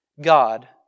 God